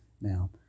Now